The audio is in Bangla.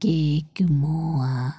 কেক মোয়া